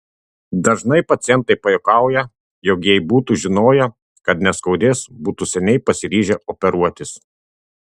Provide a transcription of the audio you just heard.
dažnai pacientai pajuokauja jog jei būtų žinoję kad neskaudės būtų seniai pasiryžę operuotis